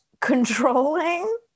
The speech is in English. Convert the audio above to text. controlling